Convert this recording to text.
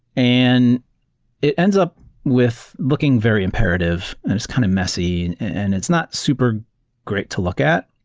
and it ends up with looking very imperative and it's kind of messy and it's not super great to look at.